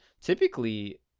typically